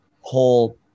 whole